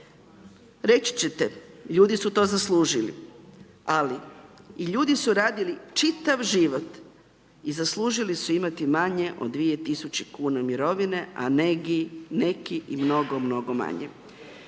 Reći ćete, ljudi su to zaslužili, ali i ljudi su radili čitav život i zaslužili su imati manje od 2000 kuna mirovine, a neki i mnogo, mnogo manje.